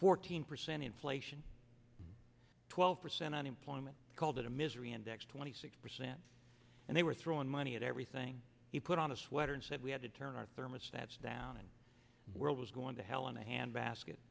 fourteen percent inflation twelve percent unemployment called it a misery index twenty six percent and they were throwing money at everything he put on a sweater and said we had to turn our thermostats down and world was going to hell in a handbasket